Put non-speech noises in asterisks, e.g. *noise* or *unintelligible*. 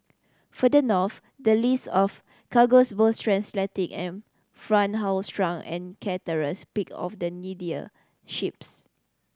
further north the list of cargoes both transatlantic and front haul shrunk and *unintelligible* picked off the needier ships